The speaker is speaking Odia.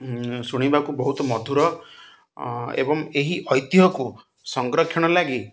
ଶୁଣିବାକୁ ବହୁତ ମଧୁର ଏବଂ ଏହି ଐତିହ୍ୟକୁ ସଂରକ୍ଷଣ ଲାଗି